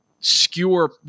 Skewer